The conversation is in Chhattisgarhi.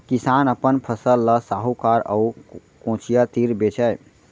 किसान अपन फसल ल साहूकार अउ कोचिया तीर बेचय